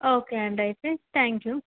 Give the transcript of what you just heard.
okay అండి అయితే thank you